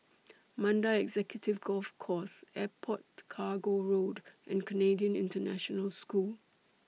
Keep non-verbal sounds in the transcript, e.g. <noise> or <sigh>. Mandai Executive Golf Course Airport <unintelligible> Cargo Road and Canadian International School